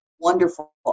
wonderful